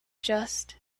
just